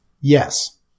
Yes